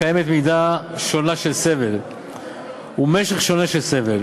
קיימת מידה שונה של סבל ומשך שונה של סבל.